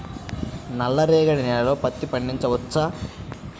నల్ల రేగడి నేలలో పత్తి పండించవచ్చా?